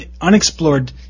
unexplored